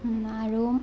আৰু